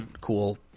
cool